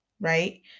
right